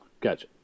Gotcha